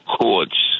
courts